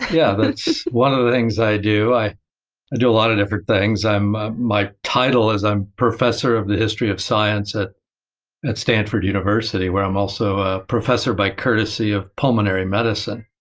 yeah. that's one of the things i do. i i do a lot of different things. ah my title is, i'm professor of the history of science at at stanford university, where i'm also a professor by courtesy of pulmonary medicine.